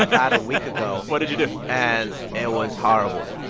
about a week ago what did you do? and it was horrible.